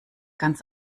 ganz